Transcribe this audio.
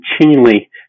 continually